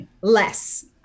less